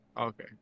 Okay